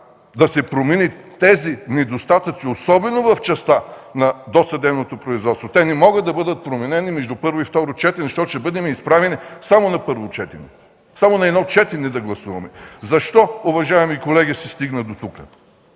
да се променят тези недостатъци, особено в частта на досъдебното производство. Те не могат да бъдат променени между първо и второ четене, защото ще бъдем изправени да гласуваме само на едно четене. Защо, уважаеми колеги, се стигна дотук?